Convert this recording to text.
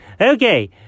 Okay